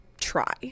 try